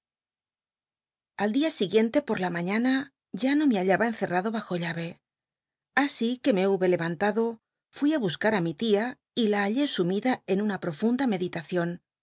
al dia siguiente por la mañana ya no me hallaba encerrado bajo laye así que me hube lelanlado fui ít buscar á mi tia y la hallé sumida en una profunda mcditacion